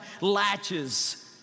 latches